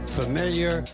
familiar